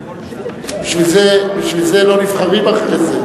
בשביל זה לא נבחרים אחרי זה,